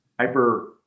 hyper